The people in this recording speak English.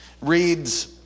reads